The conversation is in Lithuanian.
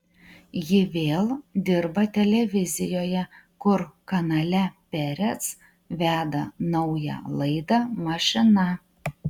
ji vėl dirba televizijoje kur kanale perec veda naują laidą mašina